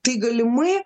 tai galimai